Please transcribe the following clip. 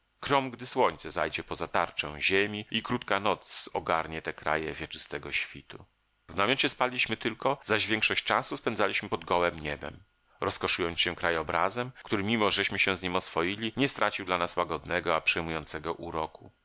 krom gdy słońce zajdzie poza tarczę ziemi i krótka noc ogarnie te kraje wieczystego świtu w namiocie spaliśmy tylko zaś większą część czasu spędzaliśmy pod gołem niebem rozkoszując się krajobrazem który mimo żeśmy się z nim oswoili nie stracił dla nas łagodnego a przejmującego uroku